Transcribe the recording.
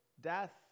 death